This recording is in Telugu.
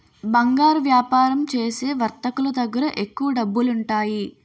బంగారు వ్యాపారం చేసే వర్తకులు దగ్గర ఎక్కువ డబ్బులుంటాయి